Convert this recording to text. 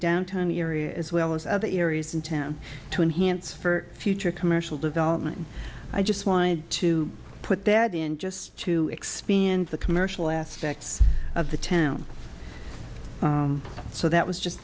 downtown area as well as other areas in town to enhance for future commercial development i just wanted to put that in just to expand the commercial aspects of the town so that was just